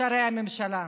שרי הממשלה.